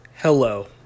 Hello